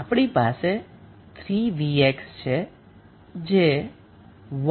આપણી પાસે 3𝑣𝑥 છે કે